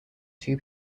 two